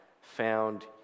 found